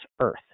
earth